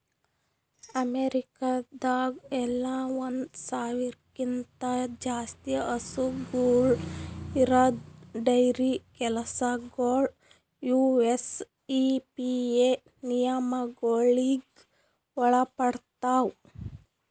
ಅಮೇರಿಕಾದಾಗ್ ಎಲ್ಲ ಒಂದ್ ಸಾವಿರ್ಕ್ಕಿಂತ ಜಾಸ್ತಿ ಹಸುಗೂಳ್ ಇರದ್ ಡೈರಿ ಕೆಲಸಗೊಳ್ ಯು.ಎಸ್.ಇ.ಪಿ.ಎ ನಿಯಮಗೊಳಿಗ್ ಒಳಪಡ್ತಾವ್